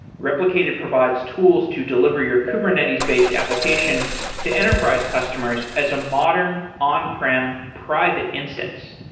replicated provides tools to deliver your kubernetes-based application to enterprise customers as a modern on prem private instance.